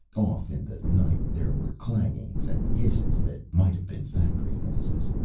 off in the night there were clangings and hisses that might have been factory noises.